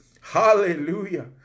Hallelujah